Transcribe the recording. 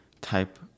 type